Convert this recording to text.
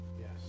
Yes